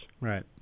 right